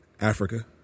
Africa